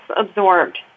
absorbed